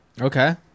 Okay